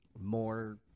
more